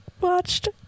watched